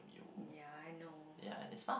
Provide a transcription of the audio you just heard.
ya I know